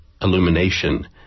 illumination